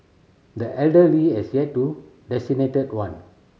the elder Lee has yet to designate one